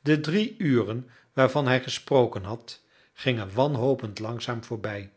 de drie uren waarvan hij gesproken had gingen wanhopend langzaam voorbij